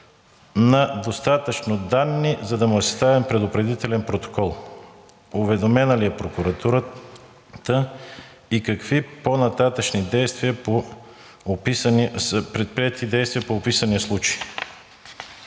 на достатъчно данни, за да му е съставен предупредителен протокол? Уведомена ли е прокуратурата и какви по-нататъшни действия са предприети по описания случай?